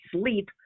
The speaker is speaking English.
sleep